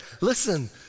listen